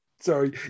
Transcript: Sorry